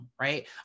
right